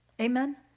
Amen